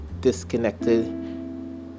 disconnected